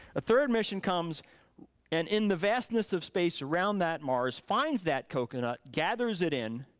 a third mission comes and in the vastness of space around that mars, finds that coconut, gathers it in,